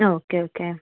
ആ okay okay